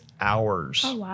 hours